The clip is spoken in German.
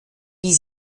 wie